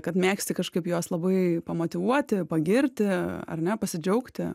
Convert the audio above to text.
kad mėgsti kažkaip juos labai pamotyvuoti pagirti ar ne pasidžiaugti